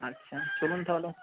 আচ্ছা চলুন তাহলে